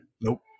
Nope